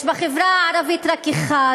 יש בחברה הערבית רק אחד,